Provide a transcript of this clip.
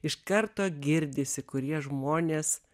iš karto girdisi kurie žmonės